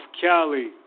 Cali